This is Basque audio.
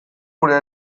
gure